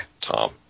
Tom